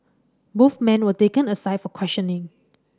both men were taken aside for questioning